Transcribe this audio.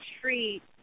treat